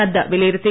നദ്ദ വിലയിരുത്തി